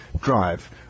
drive